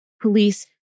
Police